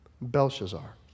Belshazzar